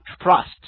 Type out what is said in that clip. trust